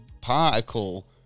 particle